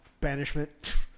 banishment